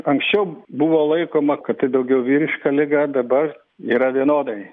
anksčiau buvo laikoma kad tai daugiau vyriška liga dabar yra vienodai